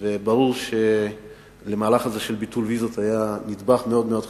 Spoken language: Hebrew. וברור שהמהלך הזה של ביטול הוויזות היה נדבך מאוד מאוד חשוב.